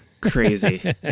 crazy